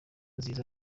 nziza